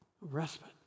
respite